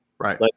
Right